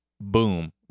boom